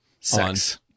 sex